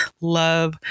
love